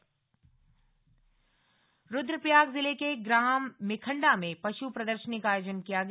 पशु मेला रुद्रप्रयाग जिले के ग्राम मेखण्डा में पशु प्रदर्शनी का आयोजन किया गया